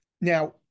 Now